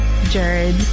Jared